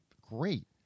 great